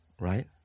right